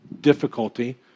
difficulty